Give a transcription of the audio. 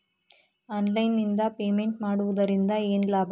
Online ನಿಂದ payment ಮಾಡುವುದರಿಂದ ಏನು ಲಾಭ?